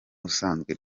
usanzwe